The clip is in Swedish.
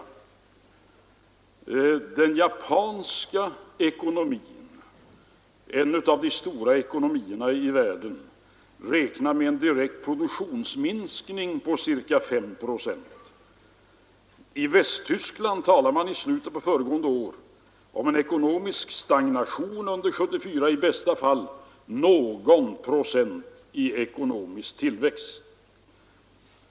Beträffande den japanska ekonomin, en av de stora ekonomierna i världen, räknade man med en direkt produktionsminskning på ca 5 procent. I Västtyskland talade man i slutet på föregående år om en ekonomisk stagnation under 1974 — i bästa fall någon procent i ekonomisk tillväxt.